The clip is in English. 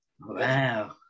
Wow